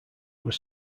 were